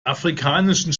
afrikanischen